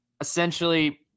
Essentially